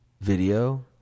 video